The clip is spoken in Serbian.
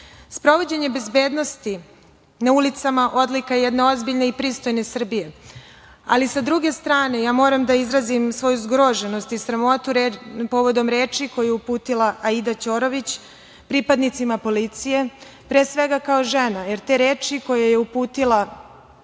pozornici. Sprovođenje bezbednosti na ulicama odlika je jedne ozbiljne i pristojne Srbije. Ali, sa druge strane, moram da izrazim svoju zgroženost i sramotu povodom reči koje je uputila Aida Ćorović pripadnicima policije, pre svega kao žena, jer te reči koje je uputila prema nekima